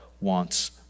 wants